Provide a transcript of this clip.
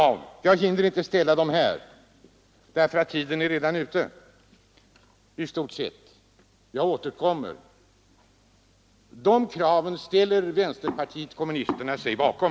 Jag hinner inte återge kraven nu — min repliktid är i stort sett redan ute — men jag återkommer. Dessa krav ställer sig vänsterpartiet kommunisterna bakom.